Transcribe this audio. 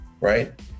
right